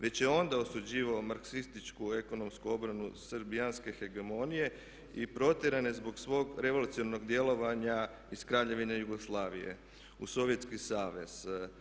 Već je onda osuđivao marksističku ekonomsku obranu srbijanske hegemonije i protjeran je zbog svog revolucionarnog djelovanje iz Kraljevine Jugoslavije u Sovjetski Savez.